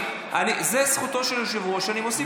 זה זכותו של היושב-ראש להוסיף.